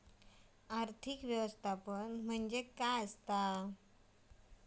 आर्थिक व्यवस्थापन म्हणजे काय असा?